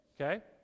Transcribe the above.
Okay